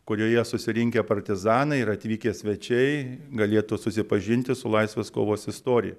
kurioje susirinkę partizanai ir atvykę svečiai galėtų susipažinti su laisvės kovos istorija